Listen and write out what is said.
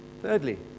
Thirdly